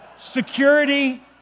Security